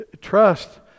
trust